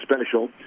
special